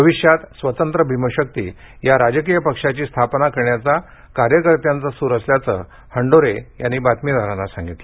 भविष्यात स्वतंत्र भीमशकी या राजकीय पक्षाची स्थापना करण्याचा कार्यकर्त्यांचा सूर असल्याचे हंडोरे यांनी बातमीदारांना सांगितलं